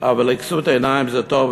אבל לכסוּת העיניים זה טוב,